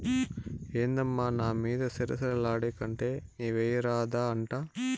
ఏందమ్మా నా మీద సిర సిర లాడేకంటే నీవెయ్యరాదా అంట